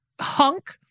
hunk